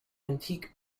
antique